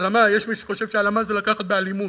הלאמה, יש מי שחושב שהלאמה זה לקחת באלימות.